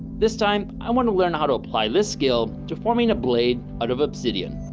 this time i want to learn how to apply this skill to forming a blade out of obsidian.